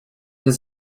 had